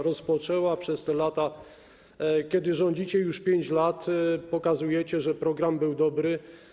Przez te lata, kiedy rządzicie już 5 lat, pokazujecie, że program był dobry.